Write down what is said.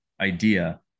idea